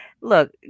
look